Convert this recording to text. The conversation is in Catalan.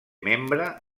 membre